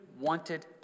wanted